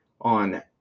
On